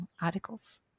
articles